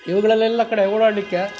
ಇವುಗಳಲ್ಲೆಲ್ಲ ಕಡೆ ಓಡಾಡಲಿಕ್ಕೆ